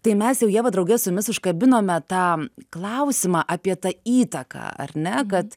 tai mes jau ieva drauge su jumis užkabinome tą klausimą apie tą įtaką ar ne kad